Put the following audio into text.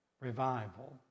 Revival